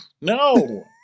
no